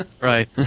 right